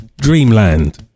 Dreamland